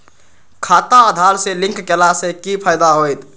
खाता आधार से लिंक केला से कि फायदा होयत?